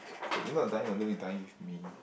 eh but you're not dying alone you dying with me